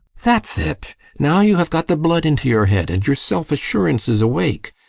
that's it! now you have got the blood into your head, and your self-assurance is awake.